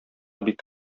бик